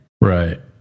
Right